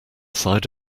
side